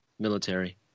military